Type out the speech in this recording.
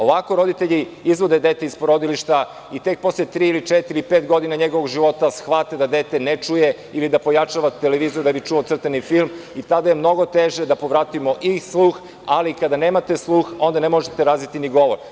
Ovako roditelji izvode dete iz porodilišta i tek posle tri, četiri ili pet godina njegovog života shvate da dete ne čuje ili da pojačava televizor da bi čuo crtani film, a tada je mnogo teže da povratimo i sluh, a kada nemate sluh onda ne možete razviti ni govor.